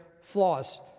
flaws